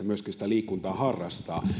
myöskin liikuntaa harrastaa